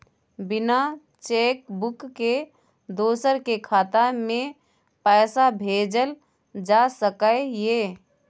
बिना cheque book के दोसर के खाता में पैसा भेजल जा सकै ये?